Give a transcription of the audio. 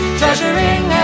treasuring